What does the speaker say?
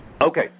Okay